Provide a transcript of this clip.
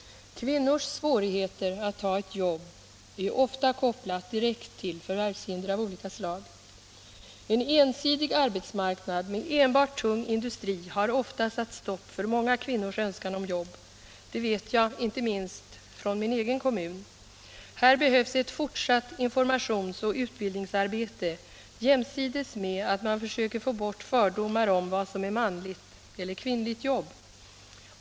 Kvinnors svårigheter att ta ett jobb är ofta kopplade direkt till förvärvshinder av olika slag. En ensidig arbetsmarknad med enbart tung industri har ofta satt stopp för många kvinnors önskan om jobb. Det vet jag inte minst från min egen kommun. Här behövs ett fortsatt informations och utbildningsarbete jämsides med att man försöker få bort fördomar om vad som är manligt eller kvinnligt jobb.